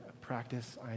practice